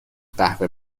قهوه